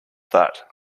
that